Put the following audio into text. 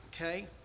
Okay